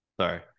Sorry